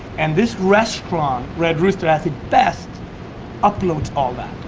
and this restaurant, red rooster, has the best upload to all that.